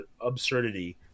absurdity